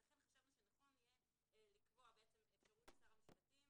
ולכן חשבנו שנכון יהיה לקבוע בעצם אפשרות לשר המשפטים